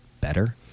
better